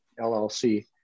LLC